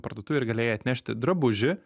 parduotuvėj ir galėjai atnešti drabužį